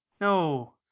No